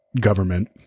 government